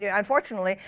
yeah unfortunately.